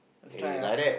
let's try lah